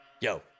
Yo